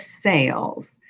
sales